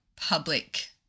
public